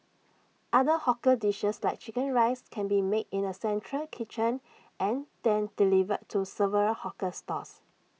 other hawker dishes like Chicken Rice can be made in A central kitchen and delivered to several hawker stalls